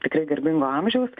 tikrai garbingo amžiaus